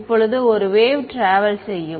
இப்போது ஒரு wave travel செய்யும்